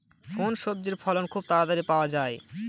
কোন সবজির ফলন খুব তাড়াতাড়ি পাওয়া যায়?